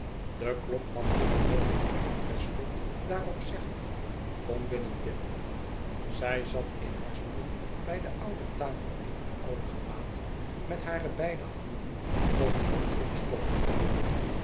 de klop van pip hqorde ik haar terstond daarop zeggen kom binnen pip zij zat in haar stoel bij de oude tafel in het oude gewaad met hare beide handen op haar krukstok gevouwen